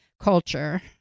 culture